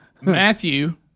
Matthew